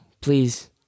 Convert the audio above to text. please